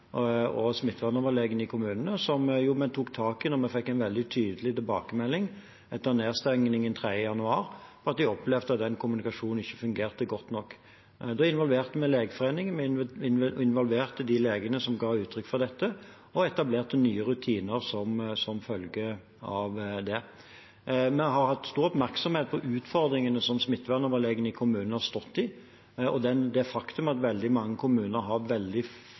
og smittevernoverlegene i kommunene, som vi tok tak i da vi fikk en veldig tydelig tilbakemelding etter nedstengingen 3. januar om at de opplevde at kommunikasjonen ikke fungerte godt nok. Da involverte vi Legeforeningen. Vi involverte de legene som ga uttrykk for dette, og etablerte nye rutiner som følge av det. Vi har hatt stor oppmerksomhet på utfordringene som smittevernoverlegene i kommunene har stått i, og det faktum at veldig mange kommuner har veldig